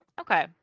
Okay